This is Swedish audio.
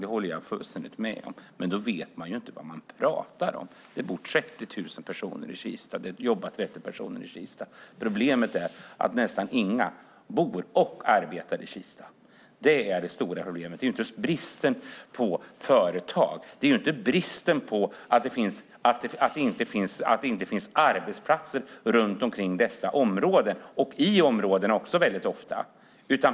Det håller jag fullständigt med om, men man vet inte vad man pratar om här. Det bor 30 000 personer i Kista, och det jobbar 30 000 personer i Kista. Problemet är att nästan inga bor och arbetar i Kista. Det är det stora problemet. Det finns ingen brist på företag och arbetsplatser runt omkring dessa områden och väldigt ofta inte heller i områdena.